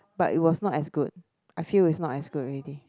but it was not as good I feel it was not as good already